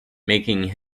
making